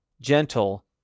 gentle